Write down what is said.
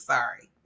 Sorry